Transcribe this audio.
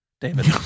David